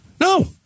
No